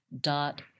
dot